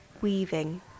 weaving